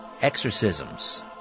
exorcisms